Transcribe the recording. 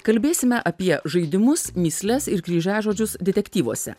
kalbėsime apie žaidimus mįsles ir kryžiažodžius detektyvuose